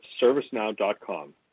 ServiceNow.com